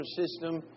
system